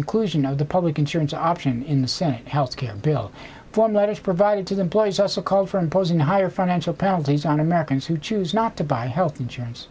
inclusion of the public insurance option in the senate health care bill form letters provided to the employees also called for imposing higher financial penalties on americans who choose not to buy health insurance